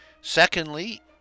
secondly